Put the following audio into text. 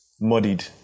muddied